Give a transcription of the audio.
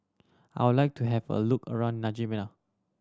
I would like to have a look around N'Djamena